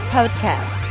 Podcast